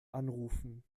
anrufen